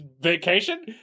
vacation